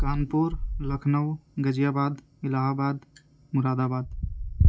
Kanpur Lucknow Ghaziabad Allahabad مراد آباد